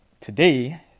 today